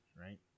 Right